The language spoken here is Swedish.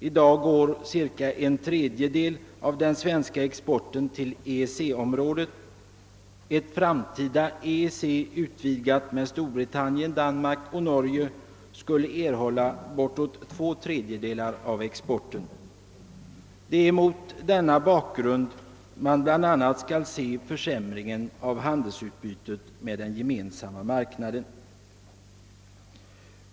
I dag går cirka en tredjedel av den svenska exporten till EEC-området. Ett framtida EEC, utvidgat med Storbritannien, Danmark och Norge, skulle erhålla bortåt två tredjedelar av exporten. Det är bl.a. mot denna bakgrund man skall se försämringen av handelsutbytet med den gemensamma marknaden.